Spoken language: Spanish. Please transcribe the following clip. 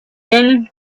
tenis